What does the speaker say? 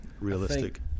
realistic